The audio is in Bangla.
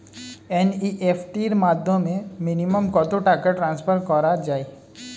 এন.ই.এফ.টি র মাধ্যমে মিনিমাম কত টাকা টান্সফার করা যায়?